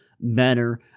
better